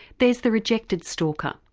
there's the rejected stalker,